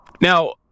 Now